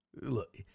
look